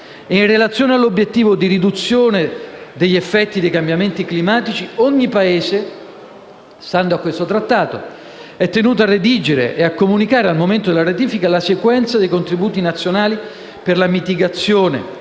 In relazione all'obiettivo di riduzione degli effetti dei cambiamenti climatici, ogni Paese, stando a questo trattato, è tenuto a redigere e a comunicare, al momento della ratifica, la sequenza dei contributi nazionali per la mitigazione